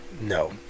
No